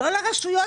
לא לרשויות,